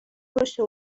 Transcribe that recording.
باشه